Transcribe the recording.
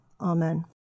Amen